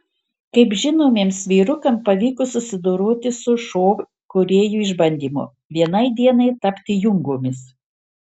kaip žinomiems vyrukams pavyko susidoroti su šou kūrėjų išbandymu vienai dienai tapti jungomis